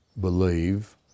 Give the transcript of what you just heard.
believe